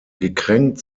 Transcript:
gekränkt